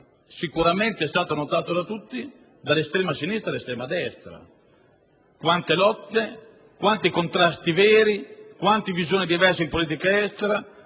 sicuramente è stato notato da tutti, dall'estrema sinistra all'estrema destra; quante lotte, quanti contrasti veri, quante visioni diverse in politica estera,